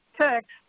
text